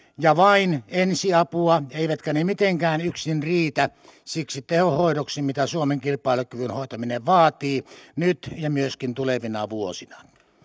ja vain ensiapua eivätkä ne mitenkään yksin riitä siksi tehohoidoksi mitä suomen kilpailukyvyn hoitaminen vaatii nyt ja myöskin tulevina vuosina